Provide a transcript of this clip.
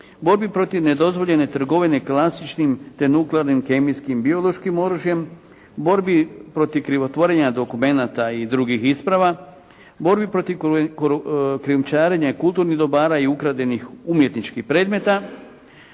borbi protiv nedozvoljene trgovine klasičnim, te nuklearnim, kemijskim biološkim oružjem, borbi protiv krivotvorenja dokumenata i drugih isprava, borbi protiv krijumčarenja kulturnih dobara i ukradenih umjetničkih predmeta.